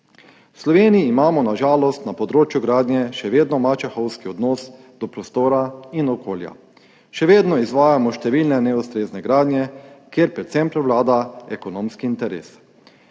V Sloveniji imamo na žalost na področju gradnje še vedno mačehovski odnos do prostora in okolja Še vedno izvajamo številne neustrezne gradnje, kjer prevlada predvsem ekonomski interes.